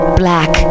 black